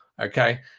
Okay